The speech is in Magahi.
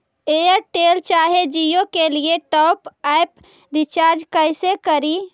एयरटेल चाहे जियो के लिए टॉप अप रिचार्ज़ कैसे करी?